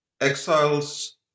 Exiles